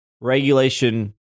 Regulation